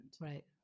right